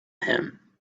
him